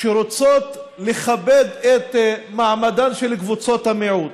שרוצות לכבד את מעמדן של קבוצות המיעוט,